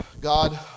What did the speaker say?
God